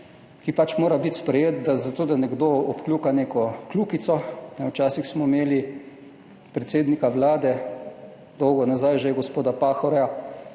ki pač mora biti sprejet zato, da nekdo obkljuka neko kljukico, včasih smo imeli predsednika Vlade, že dolgo nazaj, gospoda Pahorja,